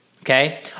okay